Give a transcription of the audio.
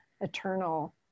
eternal